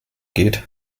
geht